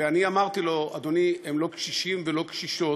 ואני אמרתי לו: אדוני, הם לא קשישים ולא קשישות,